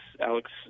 Alex –